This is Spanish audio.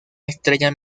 estrella